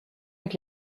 avec